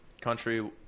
country